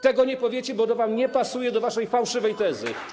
Tego nie powiecie, bo to wam nie pasuje do waszej fałszywej tezy.